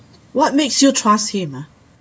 what made you trust him ah